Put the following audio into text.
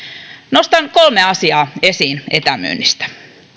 nostan kolme asiaa esiin etämyynnistä